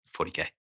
40K